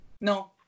No